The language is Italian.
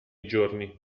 giorni